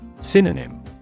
Synonym